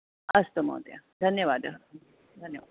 अस्तु महोदय धन्यवादः धन्यवादः